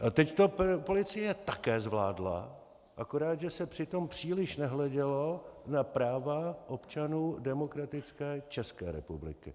A teď to policie také zvládla, akorát že se přitom příliš nehledělo na práva občanů demokratické České republiky.